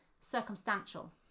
circumstantial